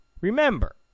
remember